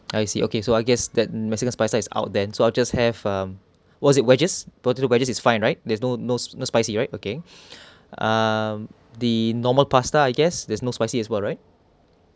I see okay so I guess that mexican pasta is out then so I'll just have um what was it wedges potato wedges is fine right there's no no no spicy right okay ah um the normal pasta I guess there's no spicy as well right